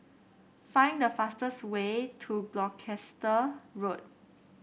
find the fastest way to Gloucester Road